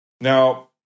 Now